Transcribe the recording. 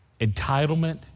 Entitlement